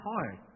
hard